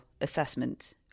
assessment